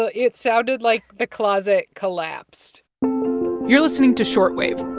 ah it sounded like the closet collapsed you're listening to short wave